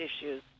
issues